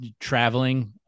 traveling